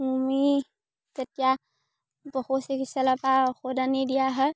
সুমি তেতিয়া পশু চিকিৎসালয় পা ঔষধ আনি দিয়া হয়